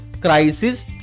crisis